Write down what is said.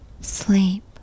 Sleep